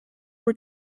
were